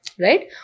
Right